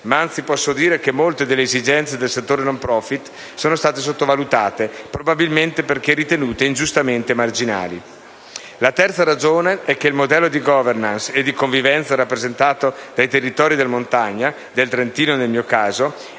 ma anzi posso dire che molte delle esigenze del settore *no profìt* sono state sottovalutate, probabilmente perché ritenute ingiustamente marginali. La terza ragione è che il modello di *governance* e di convivenza rappresentato dai territori di montagna - del Trentino nel mio caso